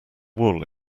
wool